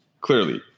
Clearly